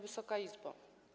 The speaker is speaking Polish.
Wysoka Izbo!